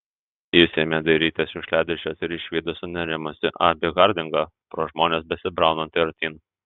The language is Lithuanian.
jis ėmė dairytis šiukšliadėžės ir išvydo sunerimusį abį hardingą pro žmones besibraunantį artyn